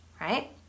right